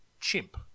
Chimp